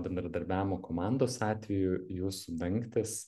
bendradarbiavimo komandos atveju jūsų dangtis